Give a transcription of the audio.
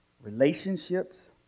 relationships